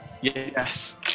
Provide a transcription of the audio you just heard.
Yes